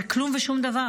זה כלום ושום דבר.